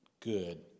good